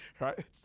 Right